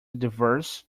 diverse